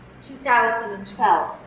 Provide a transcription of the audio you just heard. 2012